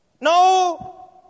No